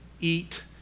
eat